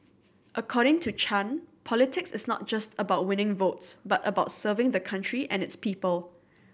according to Chan politics is not just about winning votes but about serving the country and its people